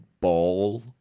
Ball